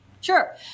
Sure